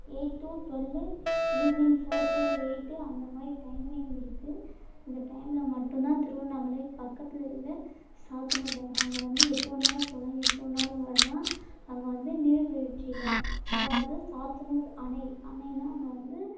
eight to twelve evening four to eight அந்தமாதிரி timing இருக்கு அந்த டைமில் மட்டும்தான் திருவண்ணாமலை பக்கத்தில் இருக்கிற சாத்தனூர் டேம் அங்கே வந்து எப்போ வேணாலும் போகலாம் எப்போ வேணாலும் வரலாம் அங்கே வந்து நீர்வீழ்ச்சிகள் அதாவது சாத்தனூர் அணை அணைன்னா அங்கே வந்து